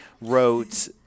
wrote